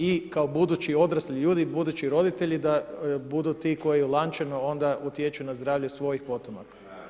I kao budući odrasli ljudi, budući roditelji da budu ti koji lančano onda utječu na zdravlje svojih potomaka.